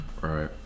Right